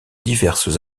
diverses